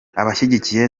abashyigikiye